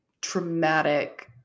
traumatic